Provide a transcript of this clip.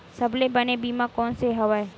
सबले बने बीमा कोन से हवय?